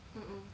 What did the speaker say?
mm mm